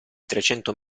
trecento